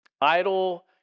idle